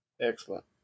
Excellent